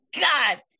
god